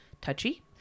touchy